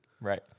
Right